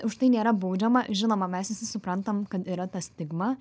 už tai nėra baudžiama žinoma mes visi suprantam kad yra ta stigma